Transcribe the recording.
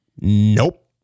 Nope